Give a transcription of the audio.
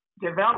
develop